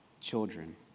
children